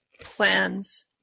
plans